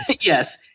Yes